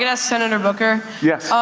you know senator booker yes.